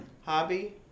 hobby